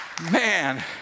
Man